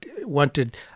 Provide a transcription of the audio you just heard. wanted